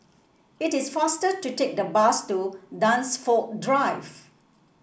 it is faster to take the bus to Dunsfold Drive